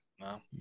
No